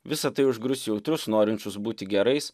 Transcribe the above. visa tai užgrius jautrius norinčius būti gerais